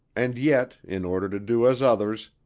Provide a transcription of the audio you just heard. and yet, in order to do as others,